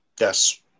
Yes